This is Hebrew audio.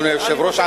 אדוני היושב-ראש,